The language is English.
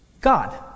God